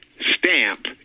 stamp